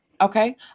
okay